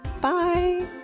Bye